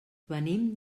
venim